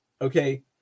Okay